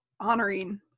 honoring